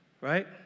right